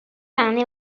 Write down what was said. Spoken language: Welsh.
rannu